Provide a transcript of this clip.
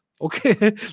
Okay